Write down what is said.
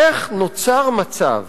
איך נוצר מצב